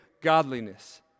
godliness